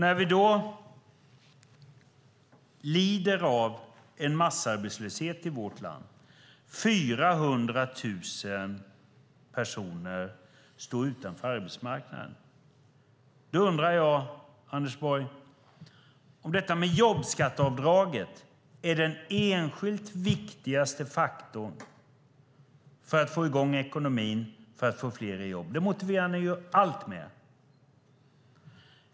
När vi då lider av en massarbetslöshet i vårt land och 400 000 personer står utanför arbetsmarknaden undrar jag om detta med jobbskatteavdraget, Anders Borg, är den enskilt viktigaste faktorn för få i gång ekonomin och för att få fler i jobb. Det motiverar ni ju allt med.